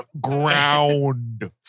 ground